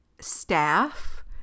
staff